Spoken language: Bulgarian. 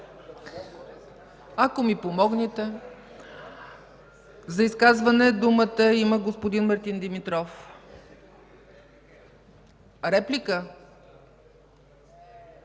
Ако ми помогнете. За изказване думата има господин Мартин Димитров. МАРТИН